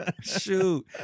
Shoot